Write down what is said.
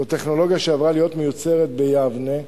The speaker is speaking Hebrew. זו טכנולוגיה שעברה להיות מיוצרת ביבנה,